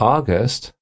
August